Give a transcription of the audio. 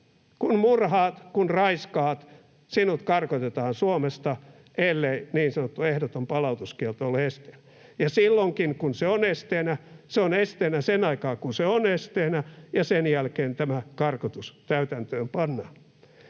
Kun murhaat, kun raiskaat, sinut karkotetaan Suomesta, ellei niin sanottu ehdoton palautuskielto ole esteenä, ja silloinkin, kun se on esteenä, se on esteenä sen aikaa kuin se on esteenä, ja sen jälkeen tämä karkotus täytäntöönpannaan.